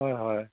হয় হয়